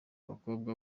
umukobwa